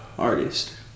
Artist